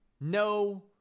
No